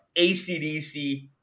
ACDC